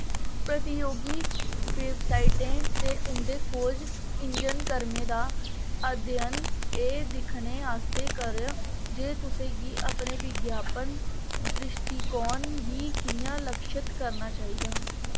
प्रतियोगी वैबसाइटें ते उं'दे खोज इंजन क्रमें दा अध्ययन एह् दिक्खने आस्तै करो जे तुसें गी अपने विज्ञापन द्रिश्टीकोण गी कि'यां लक्षत करना चाहिदा